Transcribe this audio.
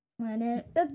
planet